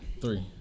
Three